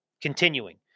continuing